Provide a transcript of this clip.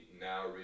now